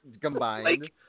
combined